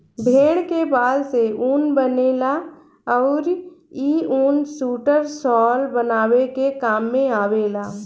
भेड़ के बाल से ऊन बनेला अउरी इ ऊन सुइटर, शाल बनावे के काम में आवेला